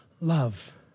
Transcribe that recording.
love